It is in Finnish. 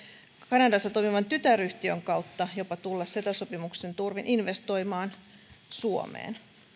kanadassa toimivan tytäryhtiön kautta jopa tulla ceta sopimuksen turvin investoimaan suomeen